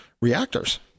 reactors